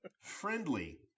friendly